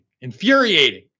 infuriating